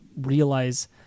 realize